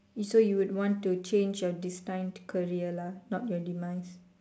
is so you would want to change your destined time career lah not your demise